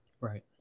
right